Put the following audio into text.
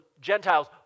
Gentiles